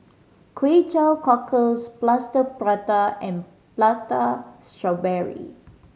Kway Teow Cockles Plaster Prata and Prata Strawberry